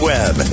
Web